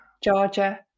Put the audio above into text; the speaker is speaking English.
Georgia